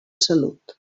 salut